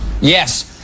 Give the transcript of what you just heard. Yes